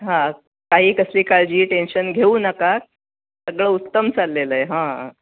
हां काही कसली काळजी टेन्शन घेऊ नका सगळं उत्तम चाललेलं आहे हां